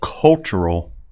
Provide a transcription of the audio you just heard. cultural